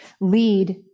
lead